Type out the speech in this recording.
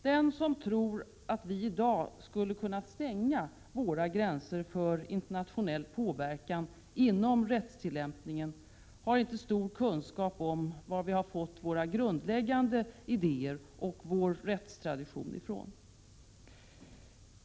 Den som tror att vi i dag skulle kunna stänga våra gränser för internationell påverkan inom rättstillämpningen har inte stor kunskap om varifrån vi fått våra grundläggande idéer och vår rättstradition.